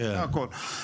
זה הכול.